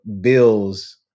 bills